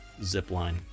zipline